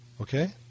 Okay